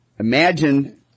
Imagine